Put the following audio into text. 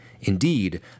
Indeed